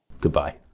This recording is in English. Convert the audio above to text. Goodbye